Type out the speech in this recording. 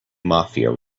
mafia